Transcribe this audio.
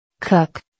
Cook